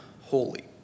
holy